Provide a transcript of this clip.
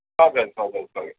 okay its okay its okay